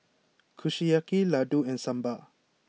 Kushiyaki Ladoo and Sambar